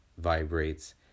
vibrates